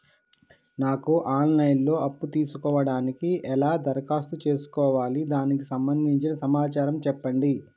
నాకు online లో అప్పు తీసుకోవడానికి ఎలా దరఖాస్తు చేసుకోవాలి దానికి సంబంధించిన సమాచారం చెప్పండి?